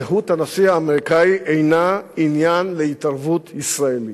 זהות הנשיא האמריקני אינה עניין להתערבות ישראלית.